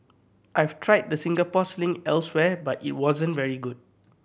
I've tried the Singapore Sling elsewhere but it wasn't very good